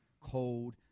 cold